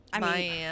Miami